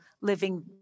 living